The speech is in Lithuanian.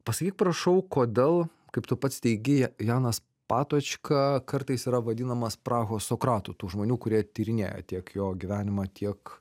pasakyk prašau kodėl kaip tu pats teigi janas patočka kartais yra vadinamas prahos sokratu tų žmonių kurie tyrinėja tiek jo gyvenimą tiek